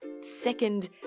second